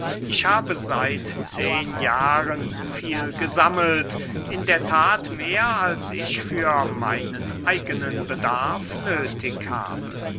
ich habe seit zehen jahren viel gesammelt in der that mehr als ich für meinen eigenen bedarf nöthig habe